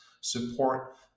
support